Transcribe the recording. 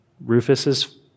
Rufus's